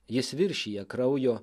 jis viršija kraujo